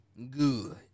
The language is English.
Good